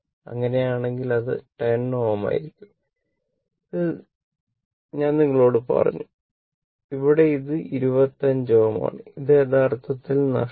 അങ്ങനെയാണെങ്കിൽ അത് 10 Ω ആയിരിക്കും ഞാൻ നിങ്ങളോട് പറഞ്ഞു ഇവിടെ ഇത് 25 Ω ആണ് ഇത് യഥാർത്ഥത്തിൽ നഷ്ടമായി